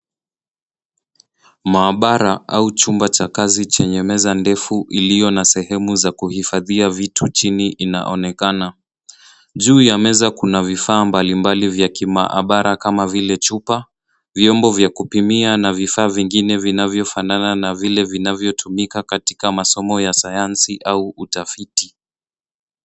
Maabara au chumba cha kazi chenye meza ndefu iliyo na sehemu za kuhifadhia vitu chini inaonekana. Juu ya meza kuna vifaa mbalimbali vya kimaabara kama vile chupa, vyombo vya kupimia na vifaa vingine vinavyofanana na vile vinavyotumika katika masomo ya sayansi au utafiti.